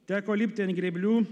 teko lipti ant grėblių